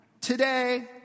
today